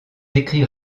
écrits